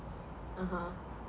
(uh huh)